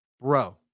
Bro